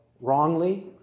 wrongly